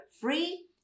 free